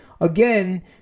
again